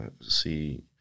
see